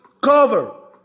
cover